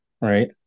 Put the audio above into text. right